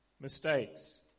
mistakes